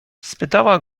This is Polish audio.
spytała